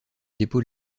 dépôt